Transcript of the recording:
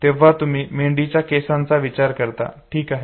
तेव्हा तुम्ही मेंढीच्या केसांचा विचार करता ठीक आहे